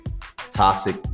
toxic